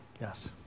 yes